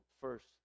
first